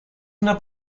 una